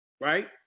right